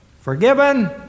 forgiven